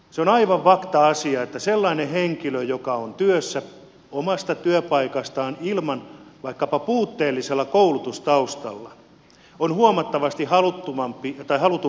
se on aivan fakta asia että sellainen henkilö joka on työssä omassa työpaikassaan vaikkapa puutteellisella koulutustaustalla on huomattavasti halutumpi työntekijä kuin työtön vaikka koulun käynyt